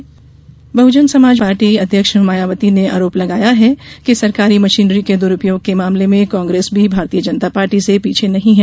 मायावती आरोप बहजन समाज पार्टी अध्यक्ष मायावती ने आरोप लगाया है कि सरकारी मशीनरी के द्रुपयोग के मामलें में कांग्रेस भी भारतीय जनता पार्टी से पीछे नहीं है